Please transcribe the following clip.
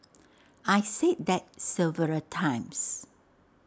I said that several times